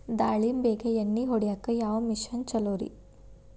ದಾಳಿಂಬಿಗೆ ಎಣ್ಣಿ ಹೊಡಿಯಾಕ ಯಾವ ಮಿಷನ್ ಛಲೋರಿ?